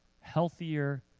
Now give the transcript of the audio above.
healthier